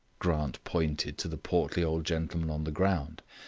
grant pointed to the portly old gentleman on the ground.